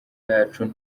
yacu